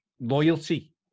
loyalty